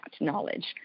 knowledge